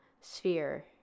sphere